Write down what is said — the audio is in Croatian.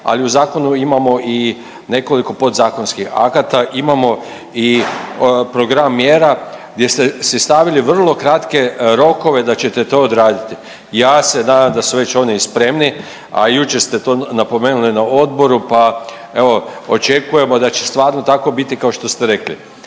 Ali u zakonu imamo i nekoliko podzakonskih akata, imamo i program mjera gdje ste si stavili vrlo kratke rokove da ćete to odraditi. Ja se nadam da su već oni spremni, a jučer ste to napomenuli na odboru pa evo očekujemo da će stvarno tako biti kao što ste rekli.